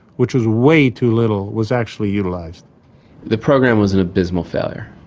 which was way too little, was actually utilised. the program was an abysmal failure,